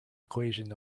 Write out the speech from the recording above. equation